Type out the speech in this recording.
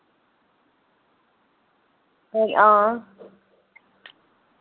हां